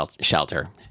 shelter-